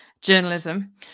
journalism